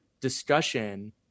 discussion